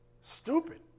Stupid